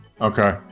okay